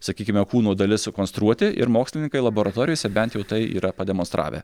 sakykime kūno dalis sukonstruoti ir mokslininkai laboratorijose bent jau tai yra pademonstravę